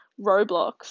Roblox